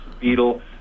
beetle